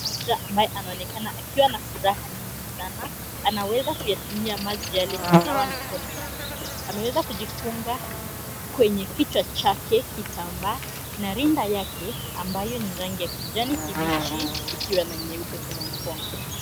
Mtu mmoja ambaye anaonekana akiwa na furaha nyingi sana anaweza kuyatumia maji yale kunawa mikono yake. Ameweza kujifunga kwenye kichwa chake kitamba na rinda yake ambayo ni rangi ya kijani kibichi ikiwa na nyeupe kwenye mikono.